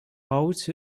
out